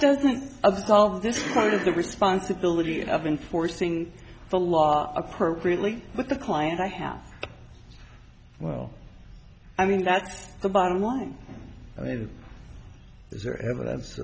doesn't absolve this part of the responsibility of enforcing the law appropriately with the client i have well i mean that's the bottom line i mean